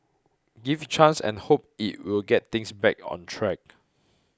give chance and hope it will get things back on track